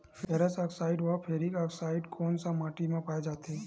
Ferrous oxide व ferric oxide कोन सा माटी म पाय जाथे?